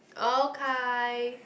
okay